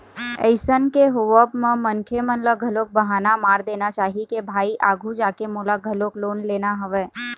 अइसन के होवब म मनखे मन ल घलोक बहाना मार देना चाही के भाई आघू जाके मोला घलोक लोन लेना हवय